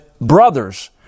brothers